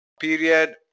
period